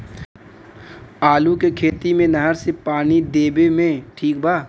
आलू के खेती मे नहर से पानी देवे मे ठीक बा?